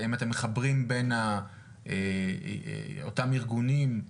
האם אתם מחברים בין אותם ארגונים?